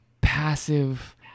passive